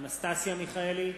אנסטסיה מיכאלי,